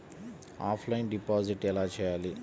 Offline deposit ఎలా చేయాలి?